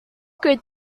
good